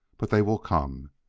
but they will come.